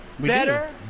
Better